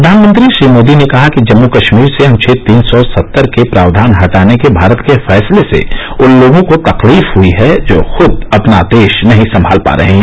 प्रधानमंत्री श्री मोदी ने कहा कि जम्मू कश्मीर से अनुच्छेद तीन सौ सत्तर के प्रावधान हटाने के भारत के फैसले से उन लोगों को तकलीफ हई जो खूद अपना देश नहीं संमाल पा रहे हैं